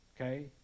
okay